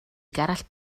gerallt